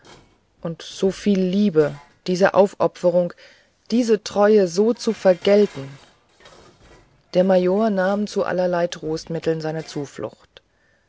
und so viele liebe diese aufopferung diese treue so zu vergelten der major nahm zu allerlei trostmitteln seine zuflucht